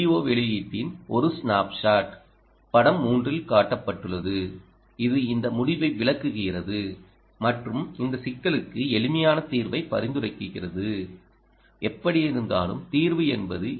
ஓ வெளியீட்டின் ஒரு ஸ்னாப்ஷாட் படம் 3 இல் காட்டப்பட்டுள்ளது இது இந்த முடிவை விளக்குகிறது மற்றும் இந்த சிக்கலுக்கு எளிமையான தீர்வை பரிந்துரைக்கிறது எப்படியிருந்தாலும் தீர்வு என்பது எல்